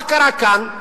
מה קרה כאן?